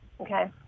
okay